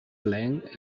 length